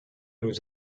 nous